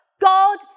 God